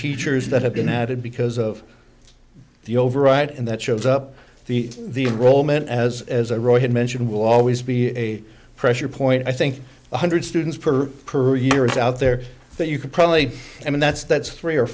teachers that have been added because of the override and that shows up the the rollman as as a roy had mentioned will always be a pressure point i think one hundred students per per year is out there that you can probably i mean that's that's three or